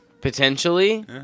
potentially